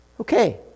Okay